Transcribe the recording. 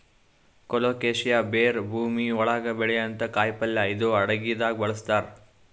colocasia ಬೇರ್ ಭೂಮಿ ಒಳಗ್ ಬೆಳ್ಯಂಥ ಕಾಯಿಪಲ್ಯ ಇದು ಅಡಗಿದಾಗ್ ಬಳಸ್ತಾರ್